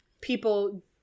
people